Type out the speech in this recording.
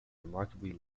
remarkably